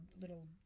little